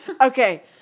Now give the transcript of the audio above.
Okay